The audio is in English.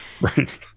Right